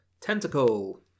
Tentacle